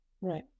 Right